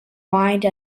wide